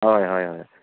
हय हय हय